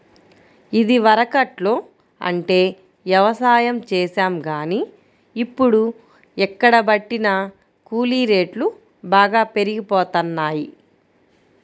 ఇదివరకట్లో అంటే యవసాయం చేశాం గానీ, ఇప్పుడు ఎక్కడబట్టినా కూలీ రేట్లు బాగా పెరిగిపోతన్నయ్